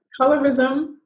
colorism